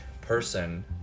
person